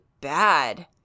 bad